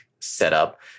setup